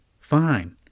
fine